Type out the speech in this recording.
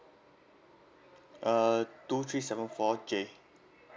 uh two three seven four K